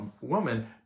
woman